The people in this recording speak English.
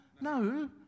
No